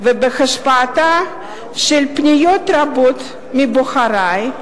ובהשפעתן של פניות רבות מבוחרי,